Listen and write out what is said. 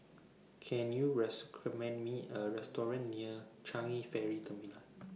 Can YOU rest commend Me A Restaurant near Changi Ferry Terminal